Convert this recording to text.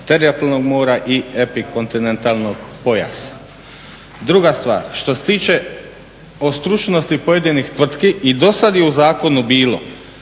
teritorijalnog mora i epikontinentalnog pojasa. Druga stvar, što se tiče od stručnosti pojedinih tvrtki i do sada je u zakonu bilo